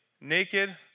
naked